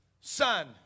son